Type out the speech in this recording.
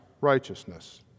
righteousness